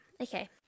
okay